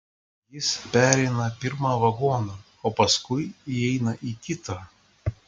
jis pereina pirmą vagoną o paskui įeina į kitą